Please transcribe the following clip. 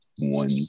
one